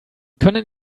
können